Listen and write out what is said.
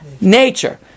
nature